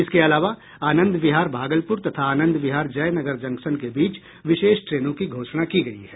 इसके अलावा आनंद विहार भागलपुर तथा आनंद विहार जयनगर जंक्शन के बीच विशेष ट्रेनों की घोषणा की गयी है